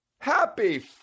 Happy